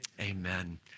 amen